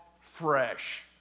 fresh